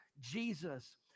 jesus